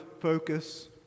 focus